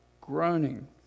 groaning